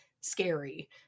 scary